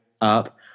up